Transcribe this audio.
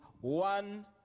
one